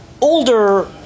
older